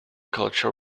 culture